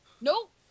nope